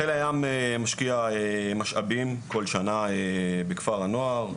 חיל הים משקיע משאבים כל שנה בכפר הנוער.